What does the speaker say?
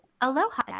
Aloha